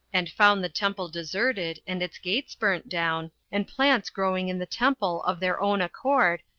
and found the temple deserted, and its gates burnt down, and plants growing in the temple of their own accord,